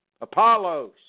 Apollos